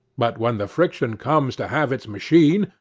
but when the friction comes to have its machine,